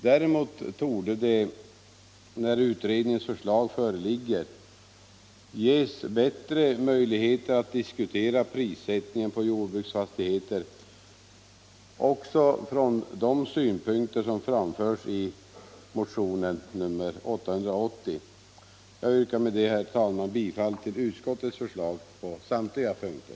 Däremot torde det, när utredningens förslag föreligger, ges bättre möjligheter att diskutera prissättningen på jordbruksfastigheter även från de synpunkter som framförs i motionen 880. Jag yrkar, herr talman, bifall till utskottets förslag på samtliga punkter.